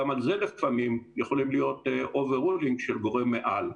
גם על זה לפעמים יכול להיות אובר-רולינג של גורם מעל.